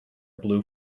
blue